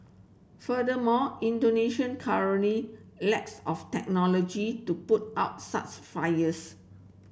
furthermore Indonesia currently lacks of technology to put out such fires